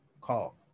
call